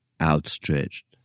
outstretched